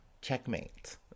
checkmate